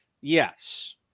Yes